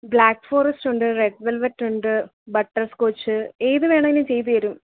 black forest ഉണ്ട് red velvet ഉണ്ട് butterscotch ഏത് വേണമെങ്കിലും ചെയ്ത് തരും